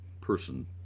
person